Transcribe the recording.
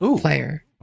player